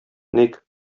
ник